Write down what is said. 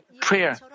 prayer